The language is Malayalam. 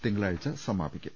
തിങ്കളാഴ്ച സമാപി ക്കും